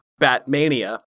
Batmania